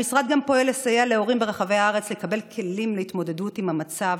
המשרד גם פועל לסייע להורים ברחבי הארץ לקבל כלים להתמודדות עם המצב